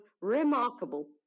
remarkable